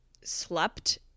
slept